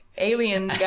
alien